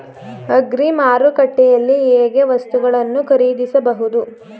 Agri ಮಾರುಕಟ್ಟೆಯಲ್ಲಿ ಹೇಗೆ ವಸ್ತುಗಳನ್ನು ಖರೀದಿಸಬಹುದು?